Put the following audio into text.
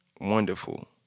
wonderful